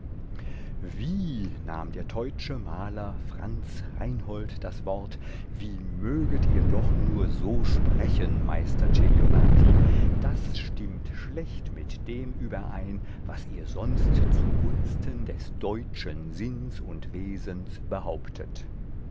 wie nahm der teutsche maler franz reinhold das wort wie möget ihr doch nur so sprechen meister celionati das stimmt schlecht mit dem überein was ihr sonst zugunsten des deutschen sinns und wesens behauptet